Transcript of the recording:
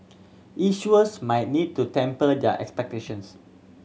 issuers might need to temper their expectations